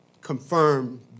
confirm